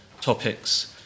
topics